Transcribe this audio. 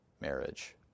marriage